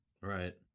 Right